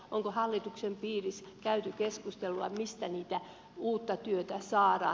onko hallituksen piirissä käyty keskustelua mistä uutta työtä saadaan